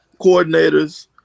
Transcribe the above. coordinators